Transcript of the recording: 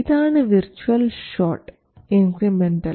ഇതാണ് virtual shot incremental